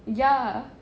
ya